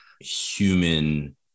human